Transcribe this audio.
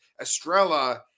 Estrella